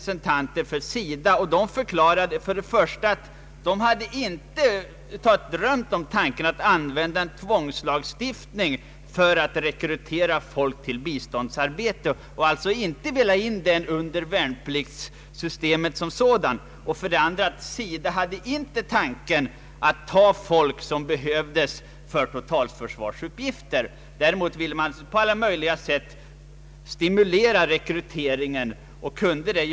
sentanter för SIDA att de för det första inte kunde ansluta sig till tanken att använda en tvångslagstiftning för att rekrytera folk till biståndsarbete. En sådan lagstiftning ansåg de inte passade in i värnpliktssystemet. För det andra förklarade de att SIDA inte hade en tanke på att undandra folk som behövs för totalförsvarsuppgifter. Däremot ville de på alla möjliga sätt stimulera rekryteringen inom sin sektor.